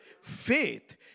Faith